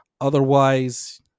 otherwise